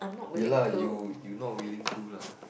ya lah you you not willing to lah